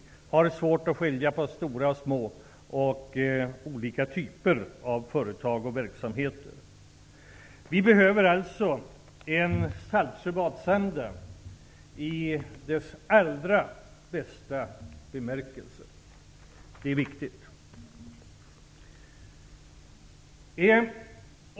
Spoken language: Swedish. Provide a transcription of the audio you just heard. Det är svårt att skilja mellan stora och små samt olika typer av företag och verksamheter. Vi behöver alltså en Saltsjöbadsanda i dess allra bästa bemärkelse. Det är viktigt.